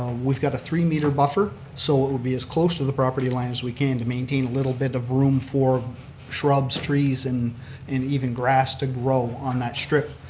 ah we've got a three meter buffer so it would be as close to the property line as we can to maintain a little bit of room for shrubs, trees and and even grass to grow on that strip.